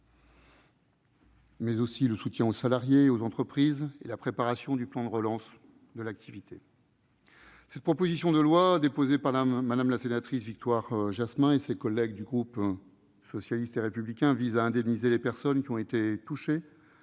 mais aussi le soutien aux salariés et aux entreprises et la préparation du plan de relance de l'activité. Cette proposition de loi déposée par Mme la sénatrice Victoire Jasmin et ses collègues du groupe socialiste et républicain vise à indemniser les personnes qui ont été touchées